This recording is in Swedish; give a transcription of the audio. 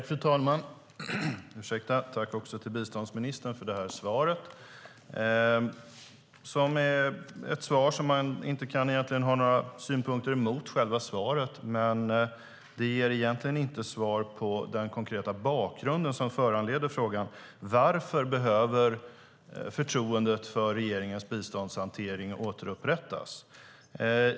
Fru talman! Tack, biståndsministern, för svaret! Själva svaret kan man egentligen inte ha några synpunkter på, men det är inte svar på den konkreta bakgrund som föranleder frågan: Varför behöver förtroendet för regeringens biståndshantering återupprättas?